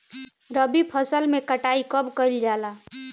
रबी फसल मे कटाई कब कइल जाला?